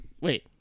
Wait